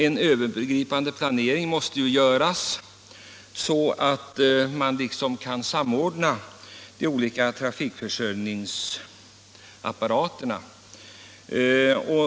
En övergripande planering måste göras så att man kan samordna de olika trafikförsörjningsapparaterna.